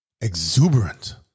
exuberant